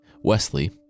Wesley